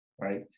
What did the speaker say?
right